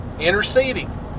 interceding